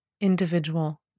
individual